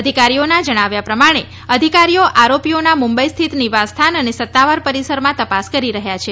અધિકારીઓનાં જણાવ્યા પ્રમાણે અધિકારીઓ આરોપીઓના મુંબઇ સ્થિત નિવાસસ્થાન અને સત્તાવાર પરિસરમાં તપાસ કરી રહ્યાં છે